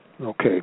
Okay